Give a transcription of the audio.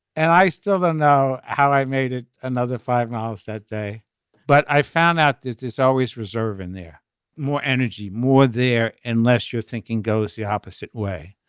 and i still don't know how i made it another five miles that day but i found out is this always reserve in there more energy more there. unless your thinking goes the opposite way.